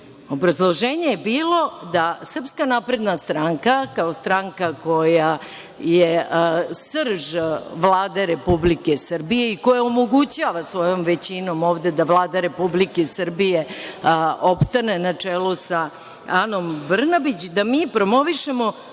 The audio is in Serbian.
Obrazloženje je bilo da SNS, kao stranka koja je srž Vlade Republike Srbije i koja omogućava svojom većinom ovde da Vlada Republike Srbije opstane na čelu sa Anom Brnabić, promoviše